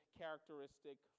characteristic